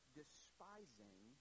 despising